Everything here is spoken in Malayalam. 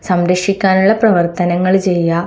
സംരക്ഷിക്കാനുള്ള പ്രവർത്തനങ്ങൾ ചെയ്യുക